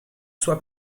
sua